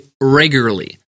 regularly